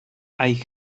hay